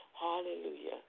Hallelujah